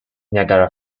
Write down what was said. niagara